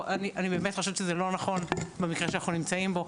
אני באמת חושבת שזה לא נכון במקרה שאנחנו נמצאים בו.